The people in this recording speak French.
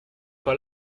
pas